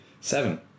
Seven